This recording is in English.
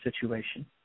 situation